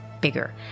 bigger